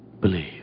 believe